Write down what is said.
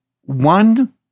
one